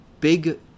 Big